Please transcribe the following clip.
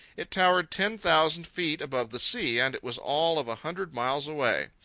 it towered ten thousand feet above the sea, and it was all of a hundred miles away.